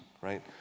right